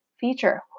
feature